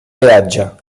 peatge